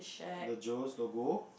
the Joe's logo